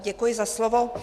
Děkuji za slovo.